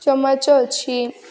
ଚାମଚ ଅଛି